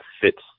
fits